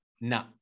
No